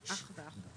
של אח ואחות.